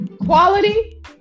quality